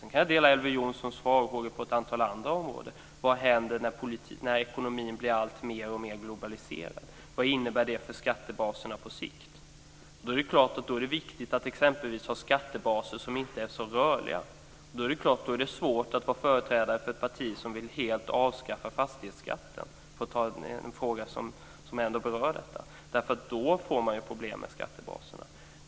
Sedan kan jag dela Elver Jonssons farhågor på ett antal andra områden. Vad händer när ekonomin blir alltmer globaliserad? Vad innebär det för skattebaserna på sikt? Då är det viktigt att exempelvis ha skattebaser som inte är så rörliga. Då är det svårt att vara företrädare för ett parti som helt vill avskaffa fastighetsskatten, för att ta en fråga som ändå berör detta. Då får man ju problem med skattebaserna.